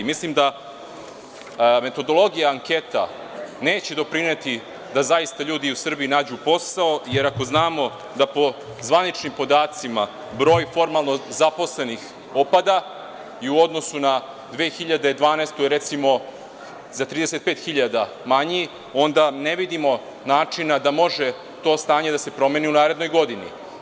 Mislim da metodologija anketa neće doprineti da zaista ljudi u Srbiji nađu posao, jer ako znamo da po zvaničnim podacima broj formalno zaposlenih opada i u odnosu na 2012. godinu je recimo za 35.000 manji, onda ne vidimo načina da može to stanje da se promeni u narednoj godini.